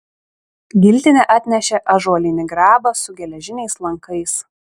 giltinė atnešė ąžuolinį grabą su geležiniais lankais